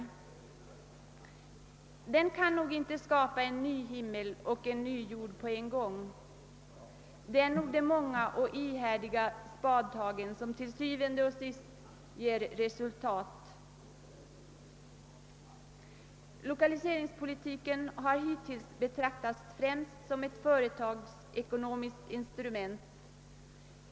Det går nog inte att genom denna politik skapa en ny himmel och en ny jord på en gång. Det är de många och ihärdiga spadtagen som til syvende og sidst ger resultat. Lokaliseringspolitiken har hittills främst betraktats som ett företagsekonomiskt instrument.